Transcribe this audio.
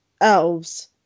elves